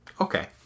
Okay